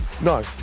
No